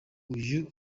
uyu